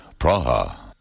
Praha